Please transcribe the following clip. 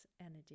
energy